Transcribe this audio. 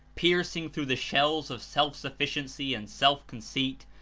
piercing through the shells of self sufficiency and self conceit,